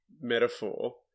metaphor